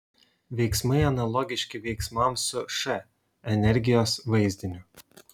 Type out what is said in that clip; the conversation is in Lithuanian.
veiksmai analogiški veiksmams su š energijos vaizdiniu